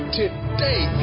today